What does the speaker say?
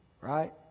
Right